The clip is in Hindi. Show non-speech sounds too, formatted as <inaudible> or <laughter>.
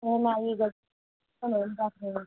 मैम आइएगा <unintelligible> मैम <unintelligible>